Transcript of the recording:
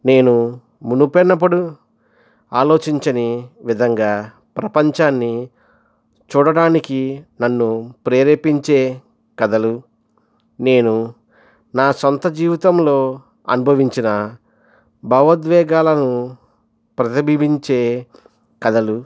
నేను మునుపు ఎన్నడు ఆలోచించని విధంగా ప్రపంచాన్ని చూడడానికి నన్ను ప్రేరేపించే కథలు నేను నా సొంత జీవితంలో అనుభవించిన భావోద్వేగాలను ప్రతిబింబించే కళలు